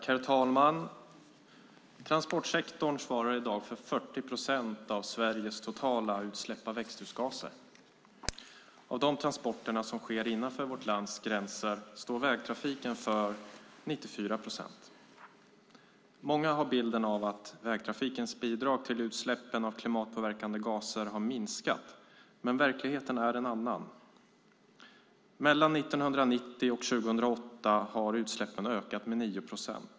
Herr talman! Transportsektorn svarar i dag för 40 procent av Sveriges totala utsläpp av växthusgaser. Av de transporter som sker innanför vårt lands gränser står vägtrafiken för 94 procent. Många har bilden att vägtrafikens bidrag till utsläpp av klimatpåverkande gaser har minskat, men verkligheten är en annan. Mellan 1990 och 2008 har utsläppen ökat med 9 procent.